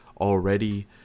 already